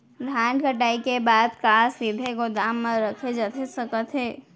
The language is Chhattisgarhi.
धान कटाई के बाद का सीधे गोदाम मा रखे जाथे सकत हे?